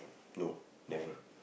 no never